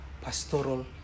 pastoral